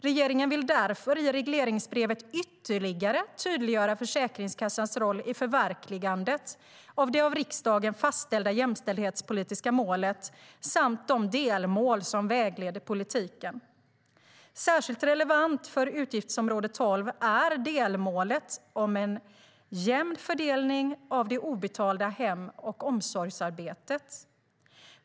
Regeringen vill därför i regleringsbrevet ytterligare tydliggöra Försäkringskassans roll i förverkligandet av det av riksdagen fastställda jämställdhetspolitiska målet samt de delmål som vägleder politiken. Särskilt relevant för utgiftsområde 12 är delmålet om en jämn fördelning av det obetalda hem och omsorgsarbetet.